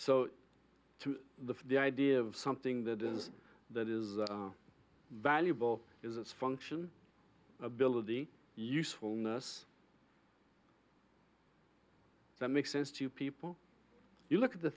the the idea of something that is that is valuable is its function ability usefulness that makes sense to people you look at the